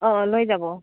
অঁ অঁ লৈ যাব